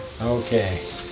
Okay